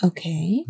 Okay